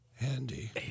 Andy